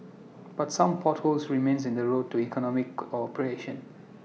but some potholes remain in the road to economic cooperation